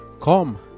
Come